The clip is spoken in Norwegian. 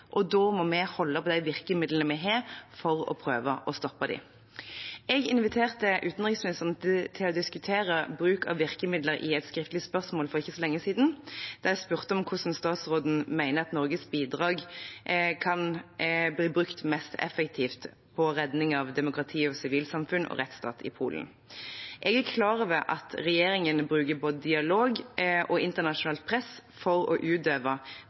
og da må vi holde på de virkemidlene vi har for å prøve å stoppe dem. Jeg inviterte utenriksministeren til å diskutere bruk av virkemidler i et skriftlig spørsmål for ikke så lenge siden, der jeg spurte om hvordan utenriksministeren mener at Norges bidrag kan brukes mest effektivt for redning av demokrati, sivilsamfunn og rettsstat i Polen. Jeg er klar over at regjeringen bruker både dialog og internasjonalt press for å utøve